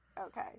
Okay